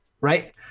right